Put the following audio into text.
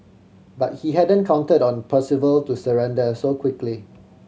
but he hadn't counted on Percival to surrender so quickly